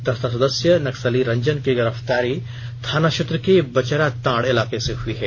दस्ता सदस्य नक्सली रंजन की गिरफ्तारी थाना क्षेत्र के बचरातांड इलाके से हुई है